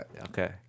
Okay